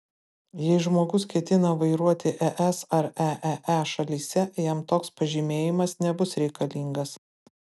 jei žmogus ketina vairuoti es ar eee šalyse jam toks pažymėjimas nebus reikalingas